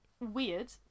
weird